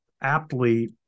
aptly